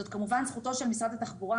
זאת כמובן זכותו של משרד התחבורה.